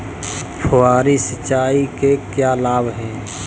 फुहारी सिंचाई के क्या लाभ हैं?